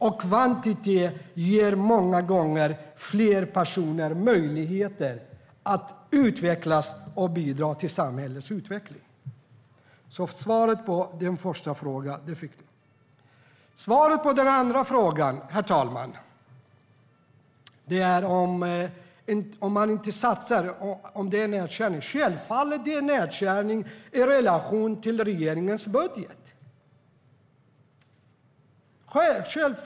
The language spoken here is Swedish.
Kvantitetssatsningen ger många gånger fler personer möjlighet att utvecklas och bidra till samhällets utveckling. Din andra fråga var om det verkligen kan kallas nedskärning om man inte satsar pengar. Självfallet är det en nedskärning i relation till regeringens budget.